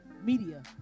media